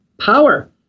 power